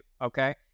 Okay